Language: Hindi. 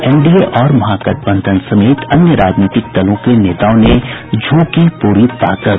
एनडीए और महागठबंधन समेत अन्य राजनीतिक दलों के नेताओं ने झोंकी पूरी ताकत